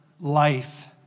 life